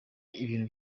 ibintu